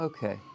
Okay